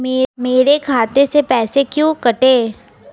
मेरे खाते से पैसे क्यों कटे?